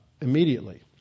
immediately